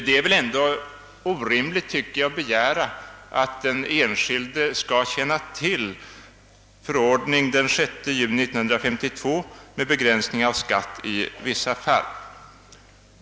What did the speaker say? Det är väl ändå orimligt att begära att den enskilde skall känna till förordningen den 6 juni 1952 med begränsning av skatt i vissa fall.